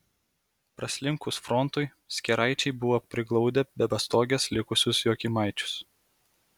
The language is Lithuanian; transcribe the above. praslinkus frontui skėraičiai buvo priglaudę be pastogės likusius jokymaičius